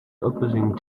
opposing